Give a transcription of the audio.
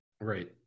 Right